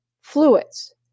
fluids